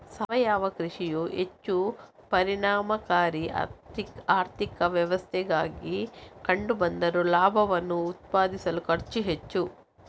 ಸಾವಯವ ಕೃಷಿಯು ಹೆಚ್ಚು ಪರಿಣಾಮಕಾರಿ ಆರ್ಥಿಕ ವ್ಯವಸ್ಥೆಯಾಗಿ ಕಂಡು ಬಂದರೂ ಲಾಭವನ್ನು ಉತ್ಪಾದಿಸಲು ಖರ್ಚು ಹೆಚ್ಚು